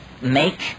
Make